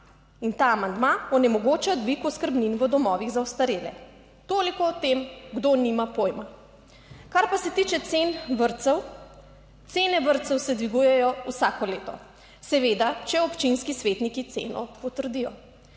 in ta amandma onemogoča dvig oskrbnin v domovih za ostarele. Toliko o tem, kdo nima pojma. Kar pa se tiče cen vrtcev: cene vrtcev se dvigujejo vsako leto, seveda če občinski svetniki ceno potrdijo.